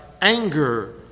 anger